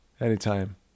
Anytime